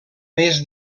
més